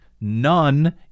none